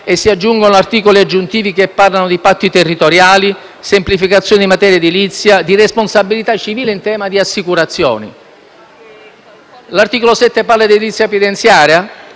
e si aggiungono articoli aggiuntivi che parlano di patti territoriali, semplificazione in materia edilizia, responsabilità civile in tema di assicurazioni. L'articolo 7 tratta di edilizia penitenziaria?